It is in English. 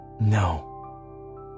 no